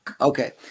Okay